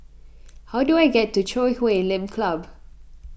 how do I get to Chui Huay Lim Club